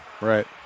Right